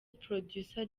producer